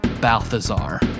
Balthazar